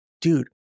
dude